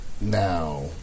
now